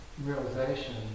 realization